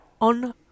on